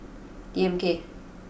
D M K